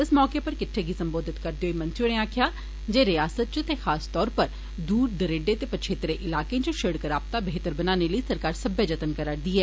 इस मौके उप्पर किट्ठे गी सम्बोधित करदे होई मंत्री होरें आक्खेआ जे रियासत च ते खास तौर उप्पर दूर दरेडे ते पछेत्रे इलाके च सिड़क राबता बेहतर बनाने लेई सरकार सब्बै जतन करा'रदी ऐ